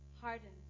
hardened